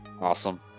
Awesome